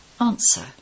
Answer